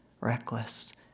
reckless